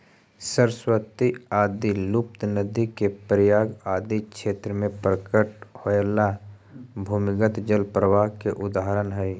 सरस्वती आदि लुप्त नदि के प्रयाग आदि क्षेत्र में प्रकट होएला भूमिगत जल प्रवाह के उदाहरण हई